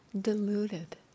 deluded